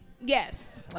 yes